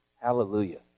Hallelujah